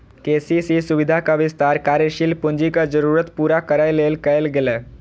KCC सुविधाक विस्तार कार्यशील पूंजीक जरूरत पूरा करै लेल कैल गेलै